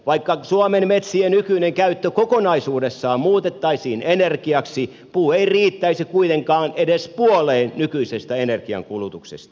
vaikka suomen metsien nykyinen käyttö kokonaisuudessaan muutettaisiin energiaksi puu ei riittäisi kuitenkaan edes puoleen nykyisestä energiankulutuksesta